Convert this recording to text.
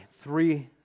three